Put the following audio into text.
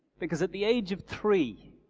because at the age of three,